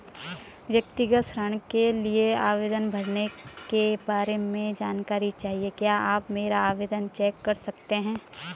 व्यक्तिगत ऋण के लिए आवेदन भरने के बारे में जानकारी चाहिए क्या आप मेरा आवेदन चेक कर सकते हैं?